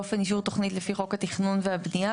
באופן אישור תוכנית לפי חוק התכנון והבנייה,